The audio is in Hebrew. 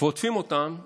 ועוטפים אותם בשקרים.